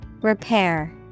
Repair